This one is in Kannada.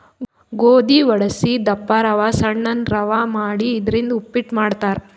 ಗೋಧಿ ವಡಸಿ ದಪ್ಪ ರವಾ ಸಣ್ಣನ್ ರವಾ ಮಾಡಿ ಇದರಿಂದ ಉಪ್ಪಿಟ್ ಮಾಡ್ತಾರ್